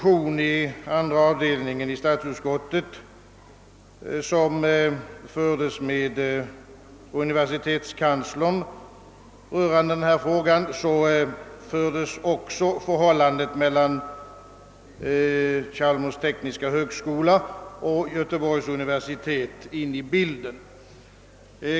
I andra avdelningens diskussion med universitetskanslern om denna fråga fördes också förhållandet mellan Chalmers tekniska högskola och Göteborgs universitet in i bilden.